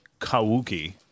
Kawuki